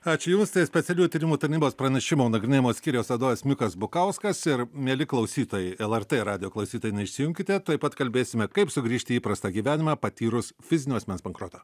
ačiū jums tai specialiųjų tyrimų tarnybos pranešimų nagrinėjimo skyriaus vadovas mikas bukauskas ir mieli klausytojai el er tė radijo klausytoja neišsijunkite tuoj pat kalbėsime kaip sugrįžti į įprastą gyvenimą patyrus fizinio asmens bankrotą